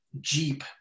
Jeep